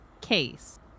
case